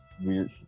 weird